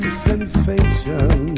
sensation